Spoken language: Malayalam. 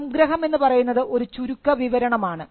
സംഗ്രഹം എന്നു പറയുന്നത് ഒരു ചുരുക്ക വിവരണമാണ്